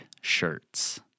shirts